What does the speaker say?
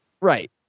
Right